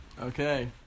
Okay